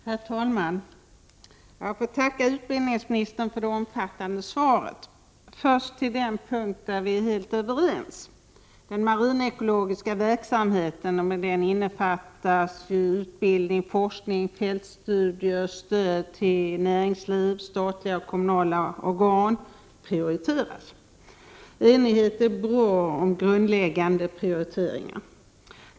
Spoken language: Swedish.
Herr talman! Jag får tacka utbildningsministern för det omfattande svaret. 25 november 1988 Först till den punkt där vi är helt överens, nämligen att den marinekologis==— mjm. dom mm skolor ka verksamheten — som innefattar utbildning, forskning, fältstudier, stöd till näringsliv samt statliga och kommunala organ — skall prioriteras. Enighet om grundläggande prioriteringar är bra.